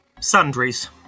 sundries